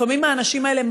לפעמים האנשים האלה,